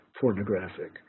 pornographic